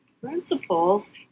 principles